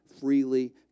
freely